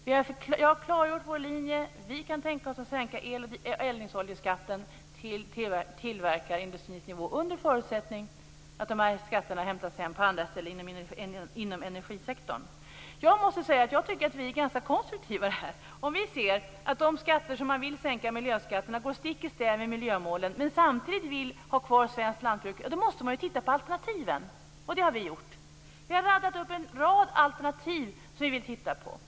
Jag har klargjort vår linje. Vi kan tänka oss att sänka el och eldningsoljeskatterna till tillverkningsindustrins nivå under förutsättning att de skatterna hämtas hem på andra ställen än inom energisektorn. Jag tycker att vi är ganska konstruktiva i detta sammanhang. Om de skatter som man vill sänka, miljöskatterna, går stick i stäv mot miljömålen och man samtidigt vill ha kvar svenskt lantbruk, måste man titta på alternativen, och det har vi gjort. Vi har tagit upp en rad alternativ som vi vill titta på.